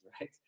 right